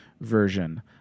version